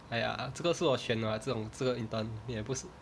ya 这个是我选 what 这种这个 intern 也不是